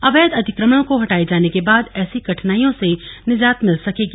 अवैध अतिक्रमणों को हटाये जाने के बाद ऐसी कठिनाईयों से निजात भिल सकेगी